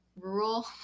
rural